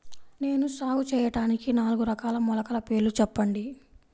నేను సాగు చేయటానికి నాలుగు రకాల మొలకల పేర్లు చెప్పండి?